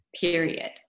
period